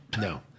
No